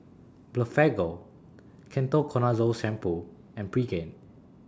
Blephagel Ketoconazole Shampoo and Pregain